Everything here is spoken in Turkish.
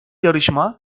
yarışma